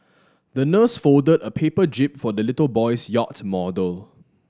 the nurse folded a paper jib for the little boy's yacht model